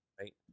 right